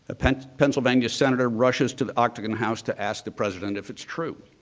a pennsylvania senator rushes to the octagon house to ask the president if it's true.